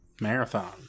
marathon